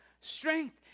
strength